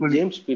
James